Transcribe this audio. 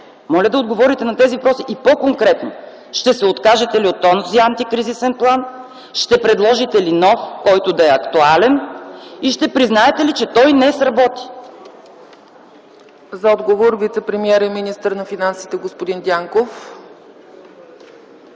Моля да отговорите на тези въпроси и по-конкретно: ще се откажете ли от онзи антикризисен план? Ще предложите ли нов, който да е актуален? Ще признаете ли, че той не сработи? ПРЕДСЕДАТЕЛ ЦЕЦКА ЦАЧЕВА: За отговор вицепремиерът и министър на финансите господин Дянков.